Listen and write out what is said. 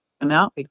amount